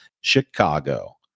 Chicago